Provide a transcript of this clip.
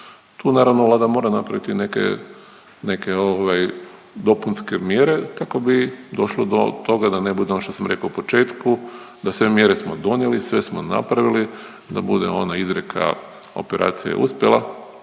Tu naravno Vlada mora napraviti neke, neke ovaj dopunske mjere kako bi došlo do toga da ne bude, ono što sam rekao u početku, da sve mjere smo donijeli, sve smo napravili, da bude ona izreka „operacija je uspjela,